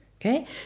Okay